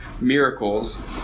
miracles